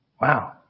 Wow